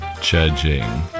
judging